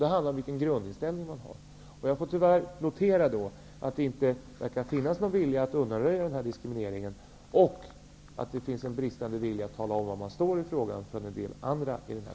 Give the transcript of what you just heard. Det handlar om vilken grundinställning man har. Jag måste tyvärr notera att det inte verkar finnas någon vilja att undanröja den här diskrimineringen och att det hos andra i den här kammaren finns en bristande vilja att tala om var de står.